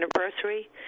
anniversary